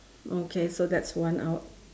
okay so that's one out